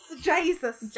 Jesus